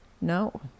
no